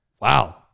Wow